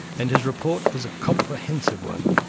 and his report was a comprehensive one.